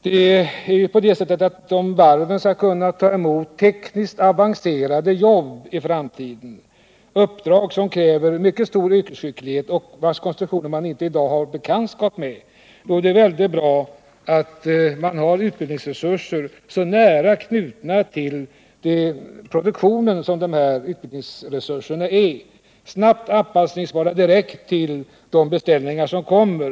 Det är ju på det sättet att om varven skall kunna åta sig tekniskt avancerade arbeten i framtiden — uppdrag som kräver mycket stor yrkesskicklighet och kanske också kännedom om konstruktioner som man hittills inte haft någon bekantskap med — är det utomordentligt viktigt att ha sådana utbildningsresurser så nära knutna till produktionen som de här utbildningsresurserna är, så att de är snabbt anpassningsbara direkt till de beställningar som kommer.